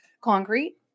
concrete